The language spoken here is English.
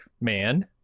man